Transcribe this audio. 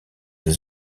des